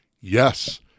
yes